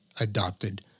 adopted